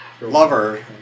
lover